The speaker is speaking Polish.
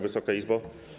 Wysoka Izbo!